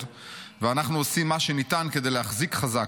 ואנחנו עושים מה שניתן כדי להחזיק חזק,